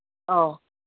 ꯑꯧ